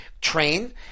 Train